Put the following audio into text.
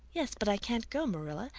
yes, but i can't go, marilla.